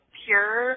pure